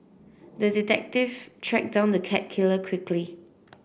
the detective tracked down the cat killer quickly